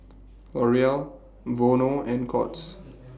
L'Oreal Vono and Courts